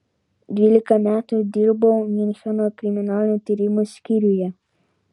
dvylika metų dirbau miuncheno kriminalinių tyrimų skyriuje